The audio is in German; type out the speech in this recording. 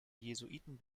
jesuiten